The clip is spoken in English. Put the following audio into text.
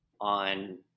on